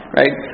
right